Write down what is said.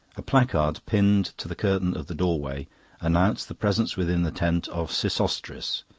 a placard pinned to the curtain of the doorway announced the presence within the tent of sesostris,